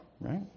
Right